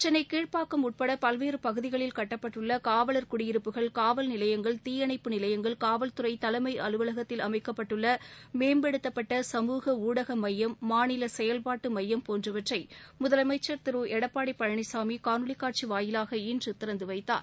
சென்னை கீழ்பாக்கம் உள்பட பல்வேறு பகுதிகளில் கட்டப்பட்டுள்ள காவலர் குடியிருப்புகள் நிலையங்கள் தீயணைப்பு நிலையங்கள் காவல் துறை தலைமை காவல் அலுவலகத்தில் அமைக்கப்பட்டுள்ள மேம்படுத்தப்பட்ட சமூக ஊடக மையம் மாநில செயல்பாட்டு மையம் போன்றவற்றை முதலமைச்சர் திரு எடப்பாடி பழனிசாமி காணொலி காட்சி வாயிலாக இன்று திறந்து வைத்தார்